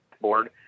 board